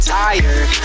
tired